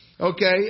Okay